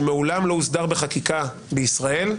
שמעולם לא הוסדר בחקיקה בישראל,